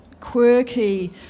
quirky